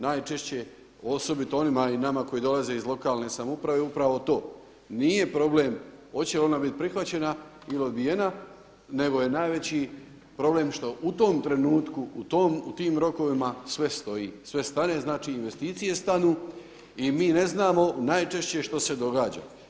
Najčešće, osobito onima i nama koji dolaze iz lokalne samouprave je upravo to, nije problem hoće li ona biti prihvaćena ili odbijena, nego je najveći problem što u tom trenutku u tim rokovima sve stoji, sve stane znači investicije stanu i mi ne znamo najčešće što se događa.